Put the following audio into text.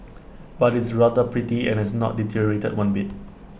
but it's rather pretty and has not deteriorated one bit